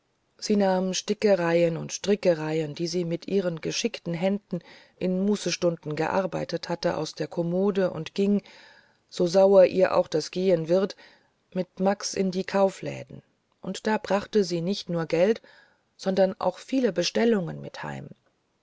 sie nahm stickereien und strickereien die sie mit ihren geschickten händen in mußestunden gearbeitet hatte aus der kommode und ging so sauer ihr auch das gehen wird mit max in die kaufläden und da brachte sie nicht nur geld sondern auch viel bestellungen mit heim